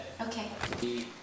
Okay